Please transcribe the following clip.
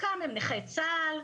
חלקם הם נכי צה"ל,